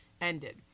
ended